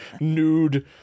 nude